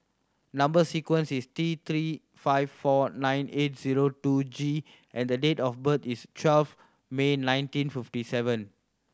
number sequence is T Three five four nine eight zero two G and the date of birth is twelve May nineteen fifty seven